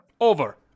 Over